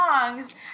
songs